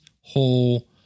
whole